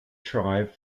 tribe